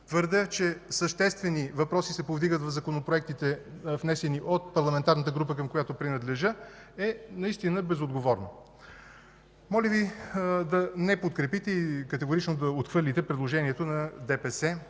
твърдя, че съществени въпроси се повдигат в законопроектите, внесени от парламентарната група, към която принадлежа, е наистина безотговорно. Моля Ви да не подкрепите и категорично да отхвърлите предложението на